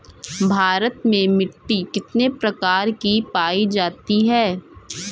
भारत में मिट्टी कितने प्रकार की पाई जाती हैं?